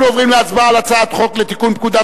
אנחנו עוברים להצבעה על הצעת חוק לתיקון פקודת